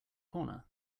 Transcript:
corner